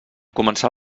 començar